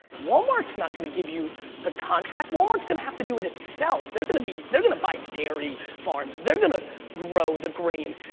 walmart's not gonna give you the contract, walmart's gonna have to do it itself, they're gonna be, they're gonna buy dairy farms, they're gonna grow the grain,